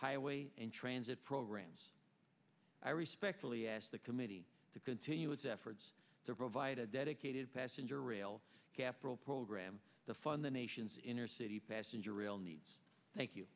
highway and transit programs i respectfully asked the committee to continue its efforts provide a dedicated passenger rail capital program to fund the nation's inner city passenger rail needs thank you